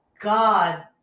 God